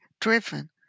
driven